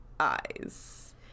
eyes